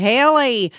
Haley